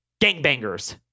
Gangbangers